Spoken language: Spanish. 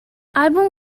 album